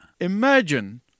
Imagine